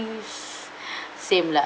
same lah